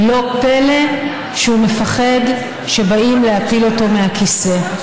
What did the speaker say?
לא פלא שהוא מפחד שבאים להפיל אותו מהכיסא.